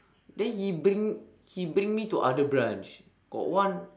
then he bring he bring me to other branch got one